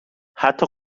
حتی